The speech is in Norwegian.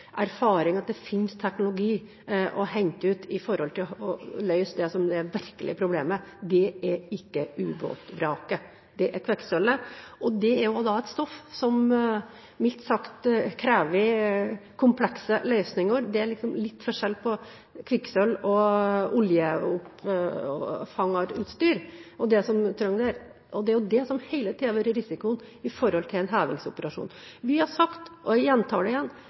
at det finnes teknologi å hente ut når det gjelder å løse det som virkelig er problemet. Det er ikke ubåtvraket, det er kvikksølvet. Det er et stoff som mildt sagt krever komplekse løsninger. Det er litt forskjell på kvikksølv og oljeoppsamlingsutstyr og det du trenger der, og det er jo det som hele tiden har vært risikoen ved en hevingsoperasjon. Vi har sagt – og jeg gjentar det igjen: